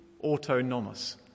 autonomous